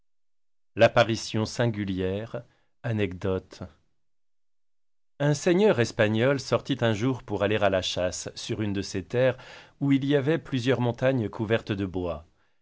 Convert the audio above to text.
l'apparition singulière anecdote un seigneur espagnol sortit un jour pour aller à la chasse sur une de ses terres où il y avait plusieurs montagnes couvertes de bois